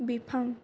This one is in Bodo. बिफां